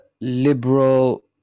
liberal